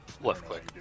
Left-click